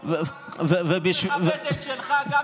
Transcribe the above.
לכבד את שלך.